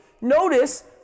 Notice